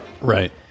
Right